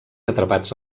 atrapats